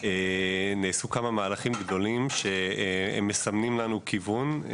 נעשו כמה מהלכים גדולים שמסמנים לנו כיוון.